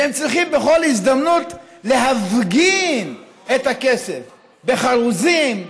והם צריכים בכל הזדמנות להפגין את הכסף בחרוזים,